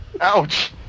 Ouch